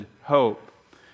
hope